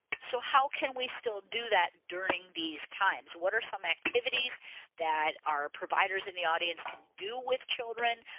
so how can we still do that during these times? what are some activities that our providers in the audience can do with children?